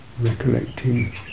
recollecting